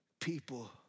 people